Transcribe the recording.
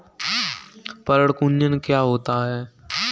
पर्ण कुंचन क्या होता है?